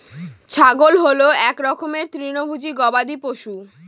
ছাগল হল এক রকমের তৃণভোজী গবাদি পশু